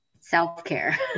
self-care